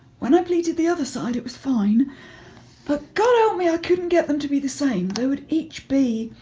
when i pleated the other side, it was fine but god help ah me. i couldn't get them to be the same. they would each be.